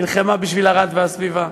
נלחמה בשביל ערד והסביבה.